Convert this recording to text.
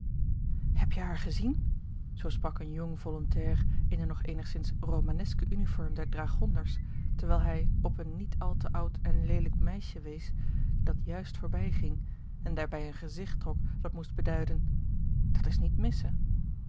heb je haar gezien zoo sprak een jong volontair in de nog eenigzins romaneske uniform der dragonders terwijl hij op een niet al te oud en leelijk meisje wees dat juist voorbij ging en daarbij een gezigt trok dat moest beduiden dat is niet mis